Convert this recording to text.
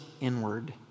inward